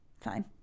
fine